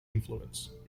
influence